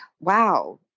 wow